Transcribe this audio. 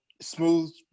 smooth